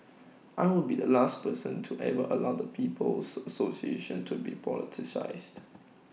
I will be the last person to ever allow the people's association to be politicised